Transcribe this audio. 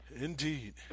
Indeed